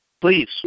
Please